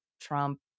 Trump